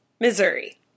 Missouri